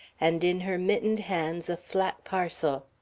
and in her mittened hands a flat parcel.